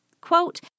Quote